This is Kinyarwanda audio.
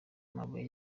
amabuye